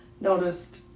noticed